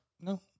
No